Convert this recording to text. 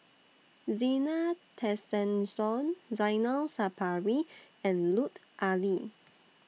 Zena Tessensohn Zainal Sapari and Lut Ali